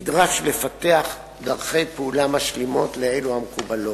נדרש לפתח דרכי פעולה משלימות לאלו המקובלות.